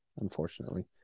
unfortunately